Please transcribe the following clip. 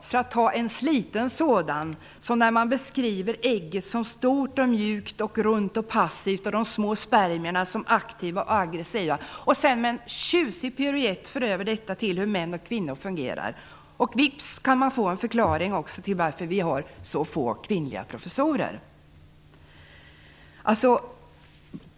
För att ta ett slitet exempel kan man beskriva ägget som stort, mjukt, runt och passivt och de små spermierna som aktiva och aggressiva och sedan med en tjusig piruett föra över detta till hur män och kvinnor fungerar. Vips kan man få en förklaring till varför vi har så få kvinnliga professorer.